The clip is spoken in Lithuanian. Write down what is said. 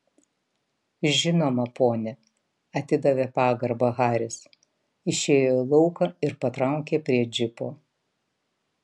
žinoma pone atidavė pagarbą haris išėjo į lauką ir patraukė prie džipo